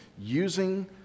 using